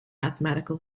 mathematical